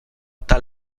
tal